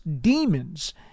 demons